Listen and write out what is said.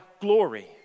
glory